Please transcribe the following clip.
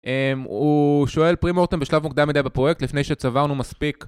הוא שואל פרימורטם בשלב מוקדם מדי בפרויקט לפני שצברנו מספיק